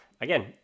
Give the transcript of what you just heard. Again